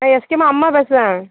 நான் எஸ்கிமா அம்மா பேசுகிறேன்